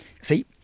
see